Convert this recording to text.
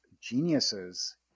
geniuses